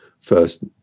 first